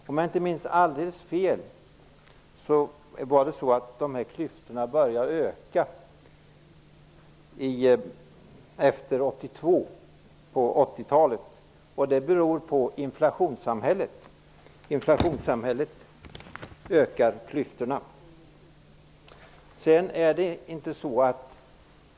Om jag inte minns alldeles fel började dessa klyftor att öka efter 1982, dvs. på 80-talet. Det berodde på inflationssamhället. Inflationssamhället ökar klyftorna.